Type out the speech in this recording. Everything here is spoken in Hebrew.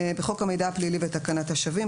בחוק המידע הפלילי ותקנת השבים,